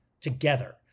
together